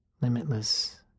Limitless